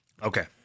Okay